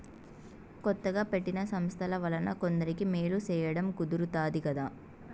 కొత్తగా పెట్టిన సంస్థల వలన కొందరికి మేలు సేయడం కుదురుతాది కదా